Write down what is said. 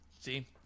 See